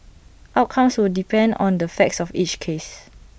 outcomes will depend on the facts of each case